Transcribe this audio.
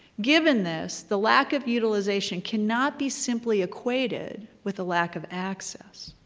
given this, the lack of utilization cannot be simply equated with a lack of access.